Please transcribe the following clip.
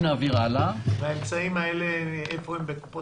ואיפה נמצאים האנשים שבגילאי האמצע?